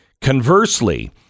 conversely